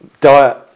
diet